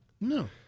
No